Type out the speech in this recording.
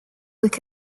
look